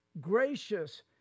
gracious